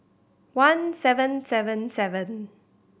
one seven seven seven